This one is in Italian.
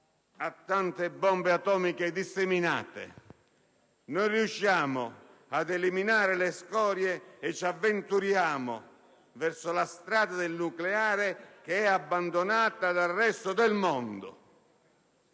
ha tante bombe atomiche disseminate. Non riusciamo ad eliminare le scorie e ci avventuriamo verso la strada del nucleare, che è abbandonata dal resto del mondo.